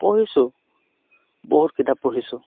পঢ়িছোঁ বহুত কিতাপ পঢ়িছোঁ